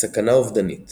סכנה אובדנית